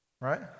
right